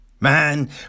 Man